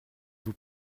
vous